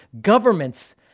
governments